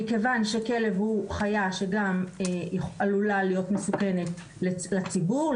מכיוון שכלב הוא חיה שגם עלולה להיות מסוכנת לציבור,